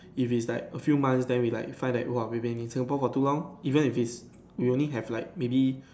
if it's like a few months then we like find that !woah! we been in Singapore for too long even if it's we only have like maybe